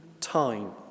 time